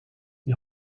die